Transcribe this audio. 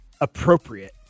appropriate